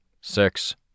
Six